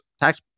tax